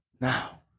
Now